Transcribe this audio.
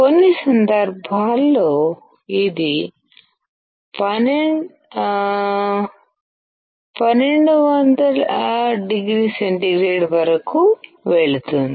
కొన్ని సందర్భాల్లో ఇది 1200oC వరకు వెళుతుంది